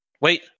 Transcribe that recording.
Wait